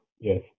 Yes